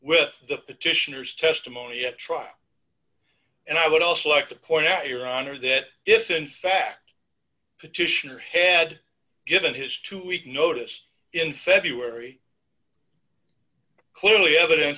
with the petitioners testimony at trial and i would also like to point out your honor that if in fact petitioner had given his two week notice in february clearly evidenc